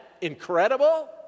incredible